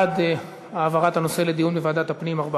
בעד העברת הנושא לדיון בוועדת הפנים, 14,